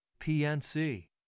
PNC